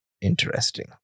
interesting